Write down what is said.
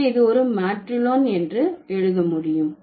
இங்கே இது ஒரு மேற்றிலோன் என்று எழுத முடியும்